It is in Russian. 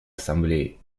ассамблеи